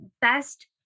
best